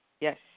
Yes